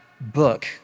book